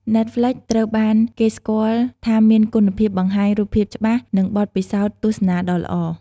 ណែតហ្ល្វិច ត្រូវបានគេស្គាល់ថាមានគុណភាពបង្ហាញរូបភាពច្បាស់ និងបទពិសោធន៍ទស្សនាដ៏ល្អ។